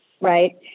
right